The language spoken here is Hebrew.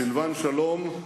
סילבן שלום,